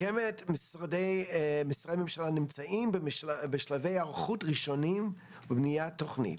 כיום משרדי הממשלה נמצאים בשלבי היערכות ראשונים לבניית תוכנית.